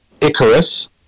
Icarus